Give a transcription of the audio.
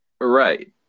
Right